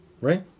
right